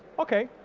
okay.